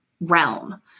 realm